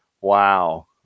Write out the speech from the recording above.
wow